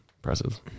impressive